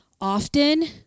often